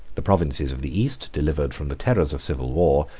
the provinces of the east, delivered from the terrors of civil war,